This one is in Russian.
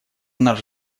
наш